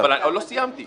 אבל עוד לא סיימתי.